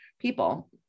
people